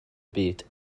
byd